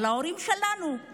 על ההורים שלנו,